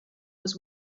was